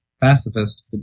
pacifist